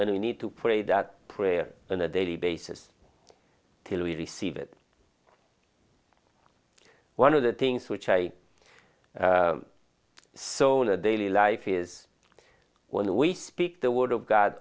and we need to pray that prayer on a daily basis to we receive it one of the things which i saw in the daily life is when we speak the word of god